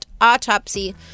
autopsy